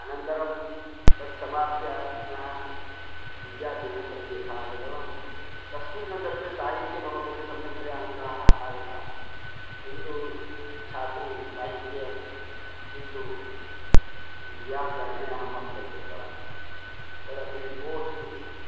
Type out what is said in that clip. अनन्तरं तत् समाप्य पुनः विद्यापीठं प्रति यथा आगतवान् तस्मिन् सन्दर्भे साहित्ये मम कृते सम्यक्तया अङ्काः आगताः किन्तु इच्छा तु साहित्ये अस्ति किन्तु व्याकरणे अहम् अप्लै कृतवान् तदपि फ़ोर्स्फफ़ुलि